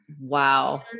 Wow